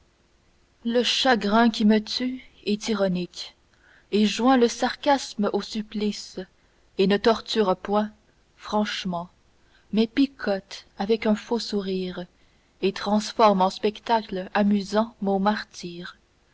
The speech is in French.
le chagrin qui me tue est ironique et joint le sarcasme au supplice et ne torture point franchement mais picote avec un faux sourire et transforme en spectacle amusant mon martyre